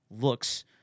looks